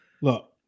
Look